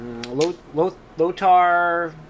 Lotar